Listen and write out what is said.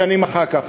שנים אחר כך.